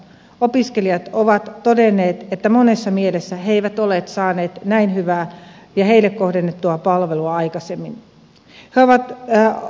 opiskelijat ovat todenneet että monessa mielessä he eivät olleet saaneet näin hyvää ja heille kohdennettua palvelua aikaisemmin